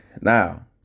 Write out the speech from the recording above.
Now